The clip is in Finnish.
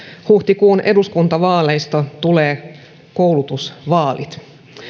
huhtikuun eduskuntavaaleista tulee koulutusvaalit